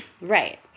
Right